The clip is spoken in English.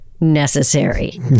necessary